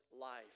life